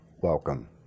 welcome